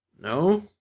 No